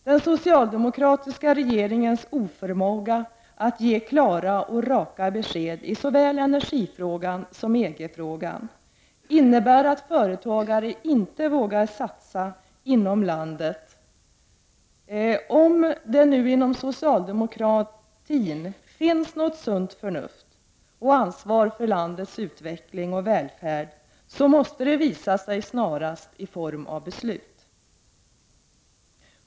Den socialdemokratiska regeringens oförmåga att ge klara och raka besked i såväl energifrågan som EG-frågan innebär att företagare inte vågar göra satsningar inom landet. Om det nu inom socialdemokratin finns något sunt förnuft och ansvar för landets utveckling och välfärd, så måste det visas sig snarast — i form av beslut.